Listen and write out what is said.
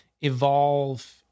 evolve